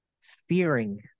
fearing